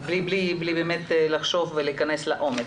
בלי לחשוב ולהיכנס לעומק.